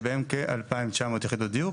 שבהם כ-2,900 יחידות דיור.